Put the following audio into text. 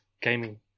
gaming